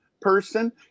person